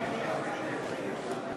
כבוד השרים,